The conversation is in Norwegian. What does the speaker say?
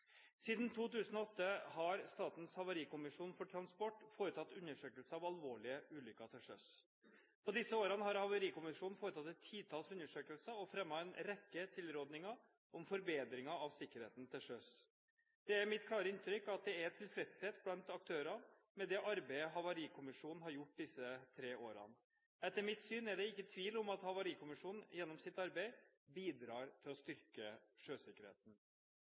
Siden 2008 har Statens havarikommisjon for transport foretatt undersøkelser av alvorlige ulykker til sjøs. På disse årene har Havarikommisjonen foretatt et titalls undersøkelser og fremmet en rekke tilrådinger om forbedringer av sikkerheten til sjøs. Det er mitt klare inntrykk at det er tilfredshet blant aktørene med det arbeidet Havarikommisjonen har gjort disse tre årene. Etter mitt syn er det ikke tvil om at Havarikommisjonen gjennom sitt arbeid bidrar til å styrke sjøsikkerheten.